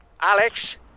Alex